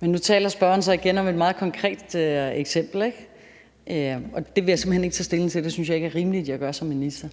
Nu taler spørgeren så igen om et meget konkret eksempel, og det vil jeg simpelt hen ikke tage stilling til. Det synes jeg ikke er rimeligt jeg gør som minister.